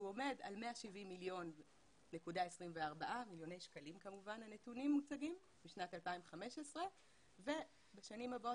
שהוא עומד על 170.24 מיליוני שקלים בשנת 2015 ובשנים הבאות